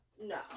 No